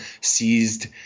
seized